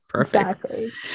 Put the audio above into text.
Perfect